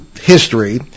history